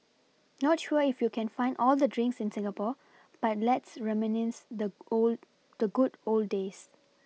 not sure if you can find all these drinks in Singapore but let's reminisce the old the good old days